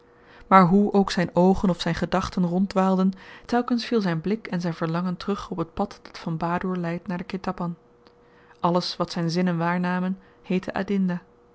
maar hoe ook zyn oogen of zyn gedachten ronddwaalden telkens viel zyn blik en zyn verlangen terug op het pad dat van badoer leidt naar den ketapan alles wat zyn zinnen waarnamen heette